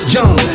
Young